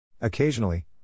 Occasionally